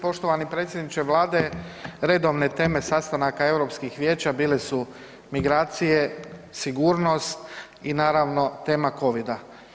Poštovani predsjedniče Vlade, redovne teme sastanaka Europskih vijeća bile su migracije, sigurnost i naravno tema Covida.